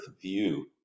view